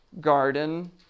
garden